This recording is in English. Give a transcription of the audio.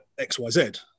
XYZ